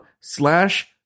slash